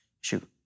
Shoot